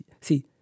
See